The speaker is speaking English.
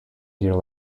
here